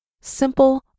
simple